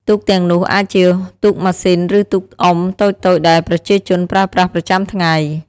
ទូកទាំងនោះអាចជាទូកម៉ាស៊ីនឬទូកអុំតូចៗដែលប្រជាជនប្រើប្រាស់ប្រចាំថ្ងៃ។